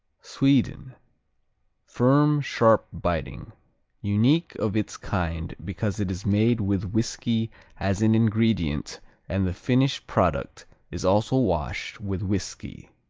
sweden firm sharp biting unique of its kind because it is made with whiskey as an ingredient and the finished product is also washed with whiskey.